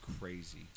crazy